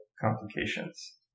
complications